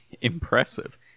impressive